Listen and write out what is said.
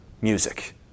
music